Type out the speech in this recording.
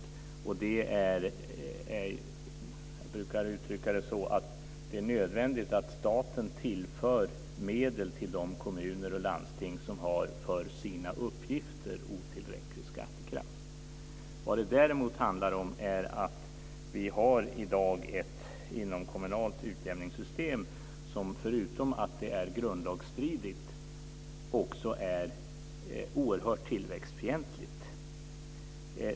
Jag brukar uttrycka det så att det är nödvändigt att staten tillför medel till de kommuner och landsting som har för sina uppgifter otillräcklig skattekraft. Vi har däremot i dag ett inomkommunalt utjämningssystem som förutom att det är grundlagsstridigt också är oerhört tillväxtfientligt.